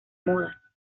moda